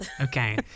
Okay